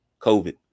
COVID